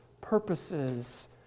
purposes